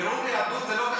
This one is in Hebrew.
בירור יהדות זה לא קשור לגיור.